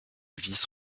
vice